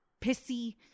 pissy